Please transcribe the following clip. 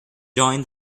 joined